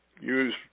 use